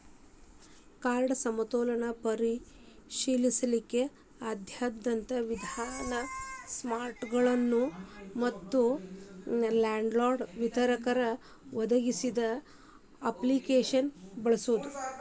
card ಸಮತೋಲನ ಪರಿಶೇಲಿಸಕ ಆದ್ಯತೆಯ ವಿಧಾನ ಸ್ಮಾರ್ಟ್ಫೋನ್ಗಳ ಮತ್ತ ಹ್ಯಾಂಡ್ಹೆಲ್ಡ್ ವಿತರಕರ ಒದಗಿಸಿದ ಅಪ್ಲಿಕೇಶನ್ನ ಬಳಸೋದ